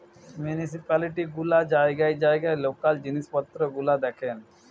municipality গুলা জায়গায় জায়গায় লোকাল জিনিস পত্র গুলা দেখেন